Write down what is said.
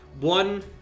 One